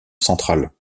central